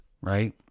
right